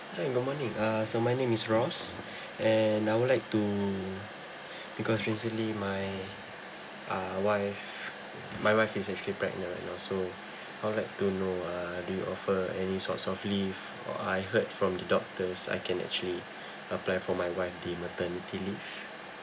hi good morning uh so my name is ross and I would like to because usually my uh wife my wife is actually pregnant uh so I would like to know uh do you offer any sorts of leave or I heard from the doctors I can actually apply for my wife the maternity leave